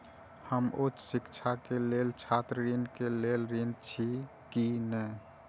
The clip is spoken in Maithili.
हम उच्च शिक्षा के लेल छात्र ऋण के लेल ऋण छी की ने?